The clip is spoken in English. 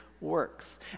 works